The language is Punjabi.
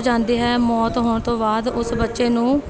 ਹੋ ਜਾਂਦੀ ਹੈ ਮੌਤ ਹੋਣ ਤੋਂ ਬਾਅਦ ਉਸ ਬੱਚੇ ਨੂੰ